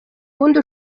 wundi